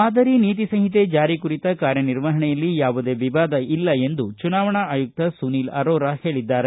ಮಾದರಿ ನೀತಿ ಸಂಹಿತೆ ಜಾರಿ ಕುರಿತ ಕಾರ್ಯ ನಿರ್ವಹಣೆಯಲ್ಲಿ ಯಾವುದೇ ವಿವಾದ ಇಲ್ಲ ಎಂದು ಚುನಾವಣಾ ಆಯುಕ್ತ ಸುನೀಲ್ ಅರೋರಾ ಹೇಳಿದ್ದಾರೆ